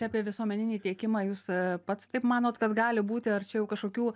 apie visuomeninį tiekimą jūs pats taip manot kad gali būti ar čia jau kažkokių